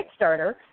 Kickstarter